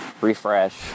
refresh